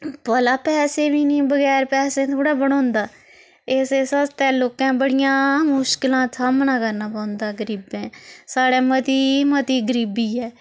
भला पैसे बी नी बगैर पैसें थोह्ड़ा पढ़ोंदा इस इस आस्तै लोकैं बड़ियां मुश्कलां सामना करना पौंदा गरीबैं साढ़ै मती मती गरीबी ऐ